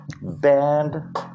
band